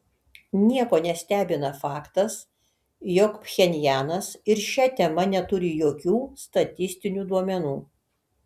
nieko nestebina faktas jog pchenjanas ir šia tema neturi jokių statistinių duomenų